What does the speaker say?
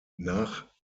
nach